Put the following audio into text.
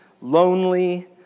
lonely